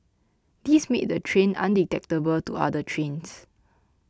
this made the train undetectable to other trains